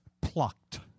plucked